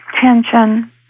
tension